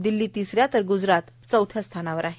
दिल्ली तिसऱ्या तर ग्जरात चौथ्या स्थानावर आहे